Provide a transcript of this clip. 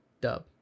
Dub